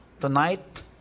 tonight